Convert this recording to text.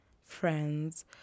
friends